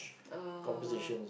uh